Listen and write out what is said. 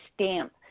stamp